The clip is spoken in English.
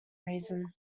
reason